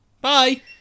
bye